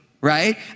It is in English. right